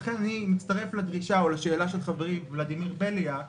אני מצטרף לדרישה או לשאלה של חברי ולדימיר בליאק